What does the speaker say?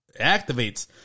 Activates